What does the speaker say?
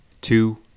two